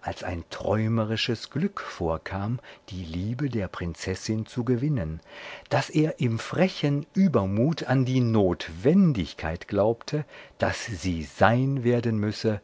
als ein träumerisches glück vorkam die liebe der prinzessin zu gewinnen daß er im frechen übermut an die notwendigkeit glaubte daß sie sein werden müsse